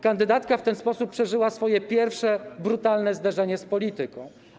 Kandydatka w ten sposób przeżyła swoje pierwsze, brutalne zderzenie z polityką.